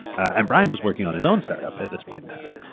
and brian was working on his own startup at this point in time.